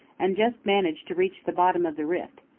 and just managed to reach the bottom of the rift.